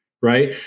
right